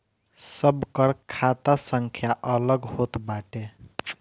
सबकर खाता संख्या अलग होत बाटे